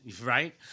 Right